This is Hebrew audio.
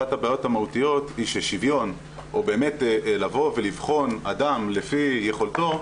אחת הבעיות המהותיות היא ששוויון או באמת לבוא ולבחון אדם לפי יכולתו,